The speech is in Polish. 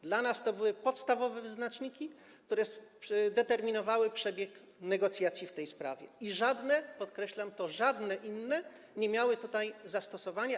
Dla nas to były podstawowe wyznaczniki, które determinowały przebieg negocjacji w tej sprawie, i żadne, podkreślam to, żadne inne wyznaczniki nie miały tutaj zastosowania.